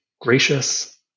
gracious